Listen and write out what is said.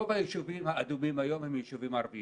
כולנו יודעים שרוב היישובים האדומים היום הם יישובים ערבים.